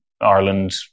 Ireland